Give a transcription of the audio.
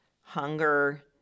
hunger